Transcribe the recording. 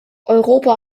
europa